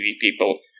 people